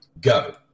go